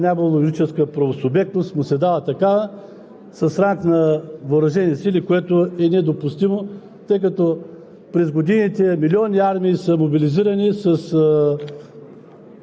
се предлага и въвеждането на Военно окръжие, което да бъде второстепенен разпоредител с бюджетни средства. Тъй като досега е нямало юридическа правосубектност, му се дава такава,